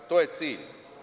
To je cilj.